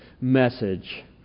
message